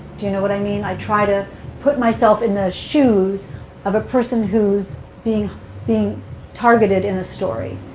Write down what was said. do you know what i mean? i try to put myself in the shoes of a person who's being being targeted in a story,